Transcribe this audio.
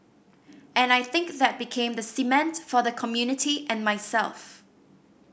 and I think that became the cement for the community and myself